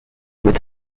with